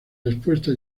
respuesta